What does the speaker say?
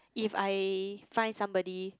if I find somebody